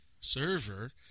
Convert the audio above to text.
server